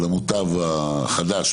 של "המוטב החדש",